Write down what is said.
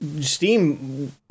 Steam—